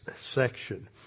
section